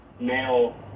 male